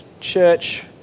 church